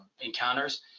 encounters